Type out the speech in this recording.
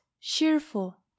cheerful